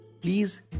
please